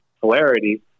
polarity